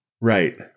Right